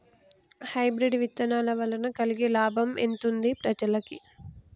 Hybrid విత్తనాల వలన కలిగే లాభం ఎంతుంది ప్రజలకి?